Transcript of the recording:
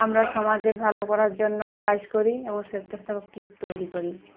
আমরা সমাজের ভালো করার জন্য কাজ করি এবং সেচ্ছাসেবক ট্রিপ তৈরি করি